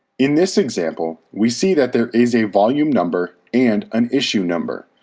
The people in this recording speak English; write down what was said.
in this example, we see that there is a volume number and an issue number,